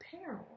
Apparel